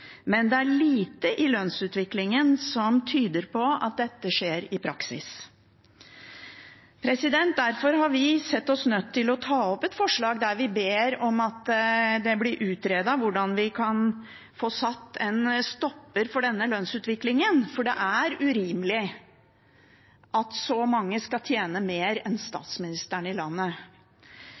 men det er lite i lønnsutviklingen som tyder på at dette skjer i praksis. Derfor har vi sett oss nødt til å ta opp et forslag der vi ber om at det blir utredet hvordan vi kan få satt en stopper for denne lønnsutviklingen, for det er urimelig at så mange skal tjene mer enn statsministeren i landet.